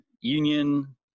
union